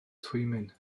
twymyn